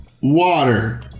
water